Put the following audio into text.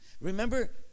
Remember